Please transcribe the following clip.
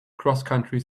crosscountry